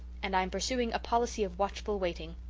and i am pursuing a policy of watchful waiting.